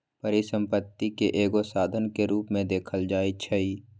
परिसम्पत्ति के एगो साधन के रूप में देखल जाइछइ